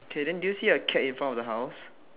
okay then do you see a cat in front of the house